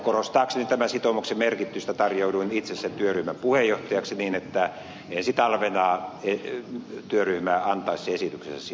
korostaakseni tämän sitoumuksen merkitystä tarjouduin itse sen työryhmän puheenjohtajaksi niin että ensi talvena työryhmä antaisi esityksessä